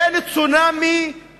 אין צונאמי,